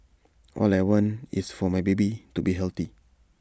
all I want is for my baby to be healthy